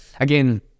again